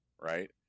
Right